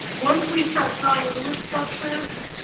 once we start drawing lewis structures,